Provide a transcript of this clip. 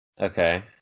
Okay